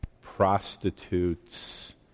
prostitutes